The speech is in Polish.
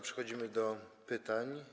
Przechodzimy do pytań.